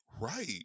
Right